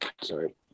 sorry